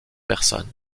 personnes